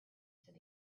said